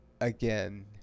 again